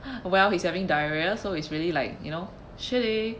well he's having diarrhoea so it's really like you know shitty